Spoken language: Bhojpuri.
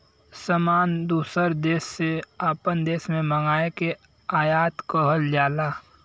सामान दूसर देस से आपन देश मे मंगाए के आयात कहल जाला